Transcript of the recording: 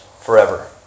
forever